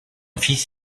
fils